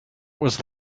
was